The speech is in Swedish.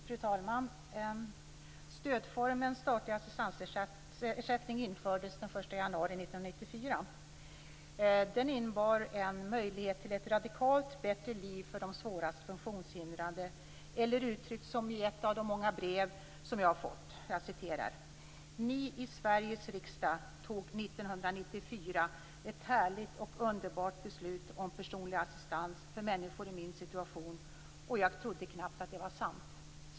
Fru talman! Stödformen statlig assistansersättning infördes den 1 januari 1994. Den innebar en möjlighet till ett radikalt bättre liv för de svårast funktionshindrade. Det kan uttryckas så som i ett av de många brev som jag har fått: "Ni i Sveriges riksdag tog 1994 ett härligt och underbart beslut om personlig assistans för människor i min situation och jag trodde knappt att det var sant."